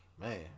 Man